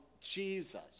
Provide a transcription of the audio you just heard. Jesus